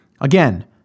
again